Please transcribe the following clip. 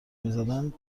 میزدن